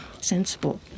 sensible